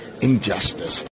injustice